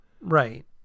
Right